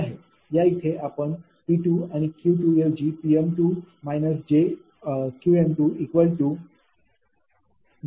या इथे आपण 𝑃 आणि 𝑄 याऐवजी 𝑃−𝑗𝑄V𝐼𝑗𝑗 वापरले आहे